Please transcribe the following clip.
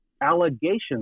allegations